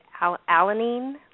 alanine